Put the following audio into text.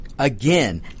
Again